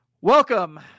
Welcome